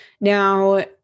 Now